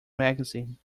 magazine